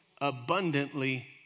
abundantly